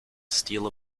steal